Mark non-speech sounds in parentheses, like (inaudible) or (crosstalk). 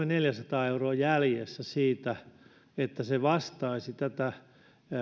(unintelligible) neljäsataa euroa jäljessä siitä että se vastaisi tätä